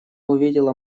увидела